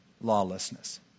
lawlessness